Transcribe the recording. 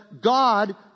God